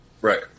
Right